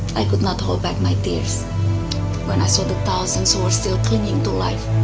i could not hold back my tears when i saw the thousands who were still clinging to life,